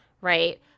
right